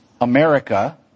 America